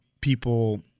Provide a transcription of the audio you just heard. people